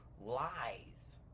lies